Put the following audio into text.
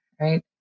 Right